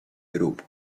grupo